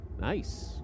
Nice